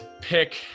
pick